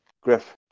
Griff